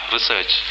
Research